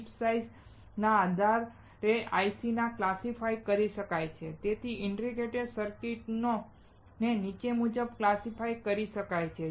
chip size ના આધારે IC ને ક્લાસિફાઇડ કરી શકાય છે અથવા ઇન્ટિગ્રેટેડ સર્કિટોને નીચે મુજબ ક્લાસિફાઇડ કરી શકાય છે